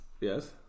Yes